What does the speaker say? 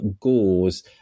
gauze